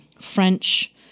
French